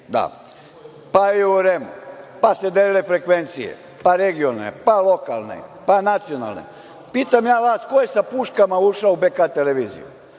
pa i u REM-u, pa se delile frekvencije, pa regionalne, pa lokalne, pa nacionalne? Pitam ja vas ko je sa puškama u ušao u BK televiziju?